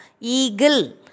eagle